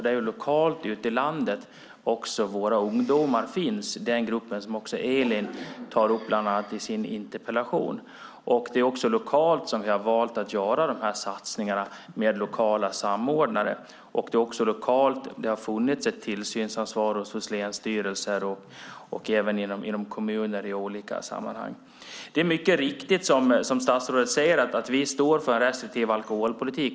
Det är lokalt ute i landet som våra ungdomar finns, den grupp som också Elin Lundgren tar upp i sin interpellation. Det är lokalt som vi har valt att göra satsningarna med lokala samordnare. Det är också lokalt som det har funnits ett tillsynsansvar som länsstyrelser och även inom kommuner i olika sammanhang. Det är mycket riktigt som statsrådet säger att vi står för en restriktiv alkoholpolitik.